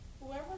Whoever